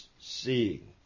seeing